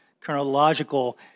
chronological